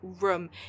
room